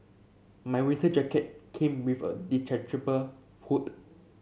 my winter jacket came with a hood